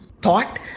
thought